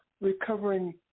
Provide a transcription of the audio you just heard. recovering